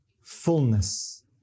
fullness